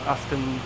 Asking